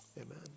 Amen